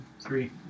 Three